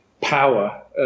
power